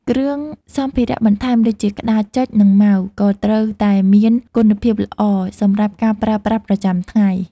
គ្រឿងសម្ភារៈបន្ថែមដូចជាក្តារចុចនិង mouseក៏ត្រូវតែមានគុណភាពល្អសម្រាប់ការប្រើប្រាស់ប្រចាំថ្ងៃ។